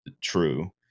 true